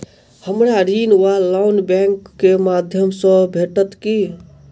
हमरा ऋण वा लोन बैंक केँ माध्यम सँ भेटत की?